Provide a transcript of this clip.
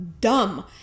dumb